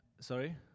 sorry